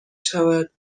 شود